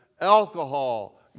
alcohol